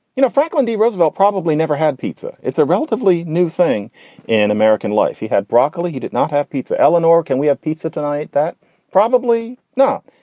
you know, franklin d. roosevelt probably never had pizza. it's a relatively new thing in american life. he had broccoli. he did not have pizza. eleanor. can we have pizza tonight? that probably no.